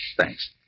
Thanks